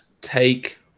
take